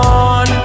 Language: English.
on